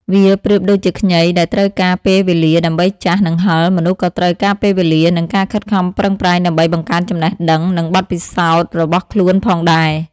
វាប្រៀបដូចជាខ្ញីដែលត្រូវការពេលវេលាដើម្បីចាស់ និងហឹរ មនុស្សក៏ត្រូវការពេលវេលា និងការខិតខំប្រឹងប្រែងដើម្បីបង្កើនចំណេះដឹង និងបទពិសោធន៍របស់ខ្លួនផងដែរ។